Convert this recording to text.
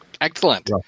excellent